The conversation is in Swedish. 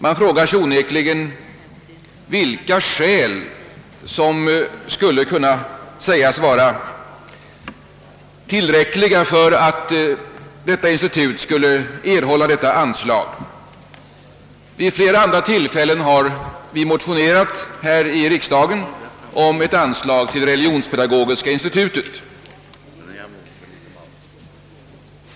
Man frågar sig onekligen vilka skäl som skulle anses tillräckliga för att institutet skulle erhålla ett anslag. Vid flera andra tillfällen har det här i riksdagen motionerats om ett anslag till Religionspedagogiska institutet.